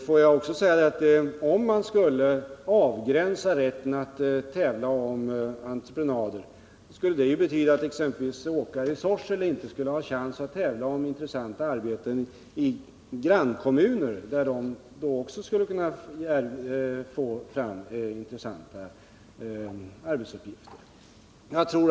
Får jag också säga att en avgränsning av rätten att tävla om entreprenader skulle betyda att exempelvis åkare i Sorsele inte skulle ha chans att tävla om projekt i grannkommunerna, där de också skulle kunna få intressanta Nr 87 arbetsuppgifter.